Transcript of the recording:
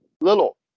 Little